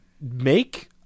make